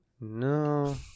No